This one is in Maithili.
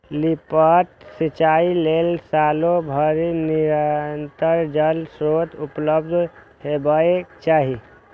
लिफ्ट सिंचाइ लेल सालो भरि निरंतर जल स्रोत उपलब्ध हेबाक चाही